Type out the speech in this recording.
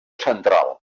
central